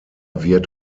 wird